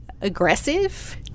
aggressive